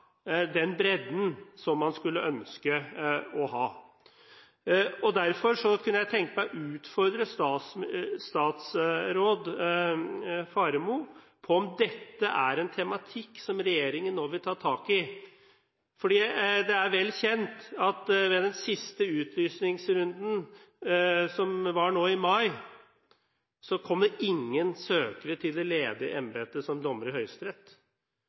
den bredden som man skulle ønske å ha. Derfor kunne jeg tenke meg å utfordre statsråd Faremo på om dette er en tematikk som regjeringen nå vil ta tak i. Det er vel kjent at det i den siste utlysningsrunden, som var nå i mai, ikke kom noen søkere til det ledige embetet som dommer i Høyesterett.